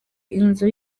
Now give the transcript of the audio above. inzu